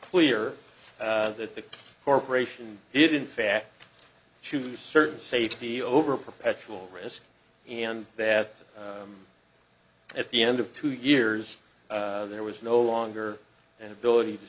clear that the corporation did in fact choose certain safety over perpetual risk and that at the end of two years there was no longer an ability to